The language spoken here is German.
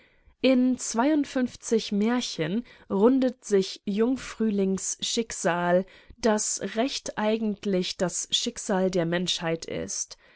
in märchen rundet sich jung-frühlings schicksal das recht eigentlich das schicksal der menschheit ist